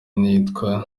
n’iyitwa